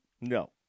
No